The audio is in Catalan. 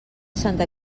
santa